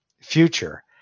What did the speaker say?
future